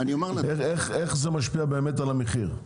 איך זה משפיע באמת על המחיר?